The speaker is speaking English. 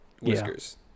whiskers